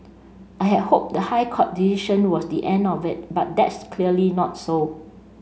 I had hoped the High Court decision was the end of it but that's clearly not so